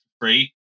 free